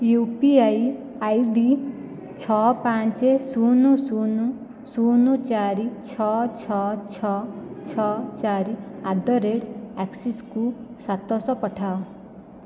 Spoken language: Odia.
you P I I D ଛଅ ପାଞ୍ଚ ଶୂନ ଶୂନ ଶୂନ ଚାରି ଛଅ ଛଅ ଛଅ ଛଅ ଚାରି ଆଟ୍ ଦି ରେଟ୍ ଅକ୍ସିସକୁ ସାତଶହ ପଠାଅ